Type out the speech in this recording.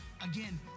Again